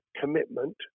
commitment